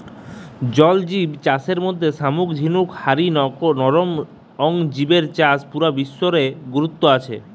জল জিব চাষের মধ্যে শামুক ঝিনুক হারি নরম অং জিবের চাষ পুরা বিশ্ব রে গুরুত্ব আছে